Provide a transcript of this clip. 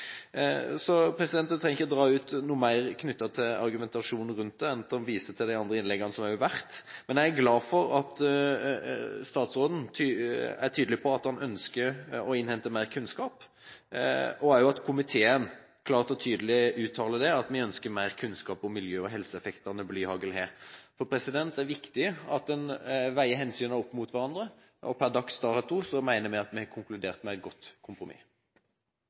trenger ikke dra argumentasjonen noe lenger annet enn å vise til de andre innleggene som har vært holdt. Jeg er glad for at statsråden er tydelig på at han ønsker å innhente mer kunnskap, og at også komiteen klart og tydelig uttaler at vi ønsker mer kunnskap om miljø- og helseeffektene blyhagl har. Det er viktig at man veier hensynene opp mot hverandre, og per dags dato mener vi at vi har konkludert og kommet med et godt kompromiss.